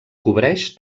cobreix